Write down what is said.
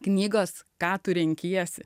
knygos ką tu renkiesi